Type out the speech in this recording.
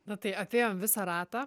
na tai apėjom visą ratą